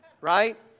Right